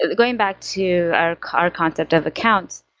ah going back to our our content of account,